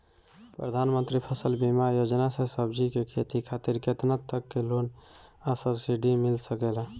प्रधानमंत्री फसल बीमा योजना से सब्जी के खेती खातिर केतना तक के लोन आ सब्सिडी मिल सकेला?